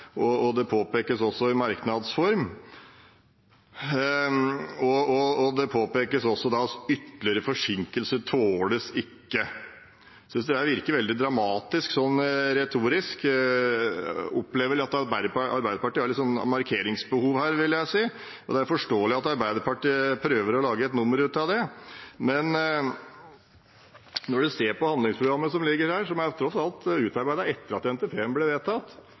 og det påpekes også i merknads form. Det påpekes også at «ytterligere forsinkelser tåles ikke». Jeg synes det virker veldig dramatisk, retorisk sett. Jeg opplever at Arbeiderpartiet har et markeringsbehov her, vil jeg si. Det er forståelig at Arbeiderpartiet prøver å lage et nummer av det. Men når en ser på handlingsprogrammet, som tross alt er utarbeidet etter at NTP-en ble vedtatt,